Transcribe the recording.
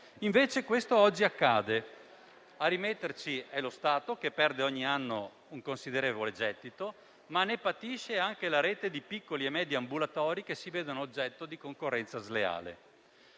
invece oggi accade e a rimetterci è lo Stato, che perde ogni anno un considerevole gettito, ma ne patisce anche la rete di piccoli e medi ambulatori che si vedono oggetto di concorrenza sleale.